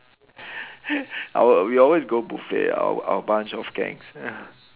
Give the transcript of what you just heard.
our we always go buffet our our bunch of gangs